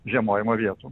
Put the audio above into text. žiemojimo vietų